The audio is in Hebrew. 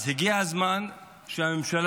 אז הגיע הזמן שהממשלה